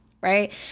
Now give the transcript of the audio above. Right